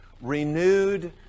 renewed